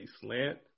slant